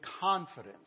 confidence